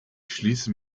schließe